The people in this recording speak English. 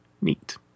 neat